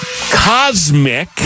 Cosmic